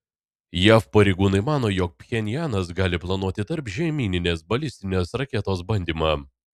jav pareigūnai mano jog pchenjanas gali planuoti tarpžemyninės balistinės raketos bandymą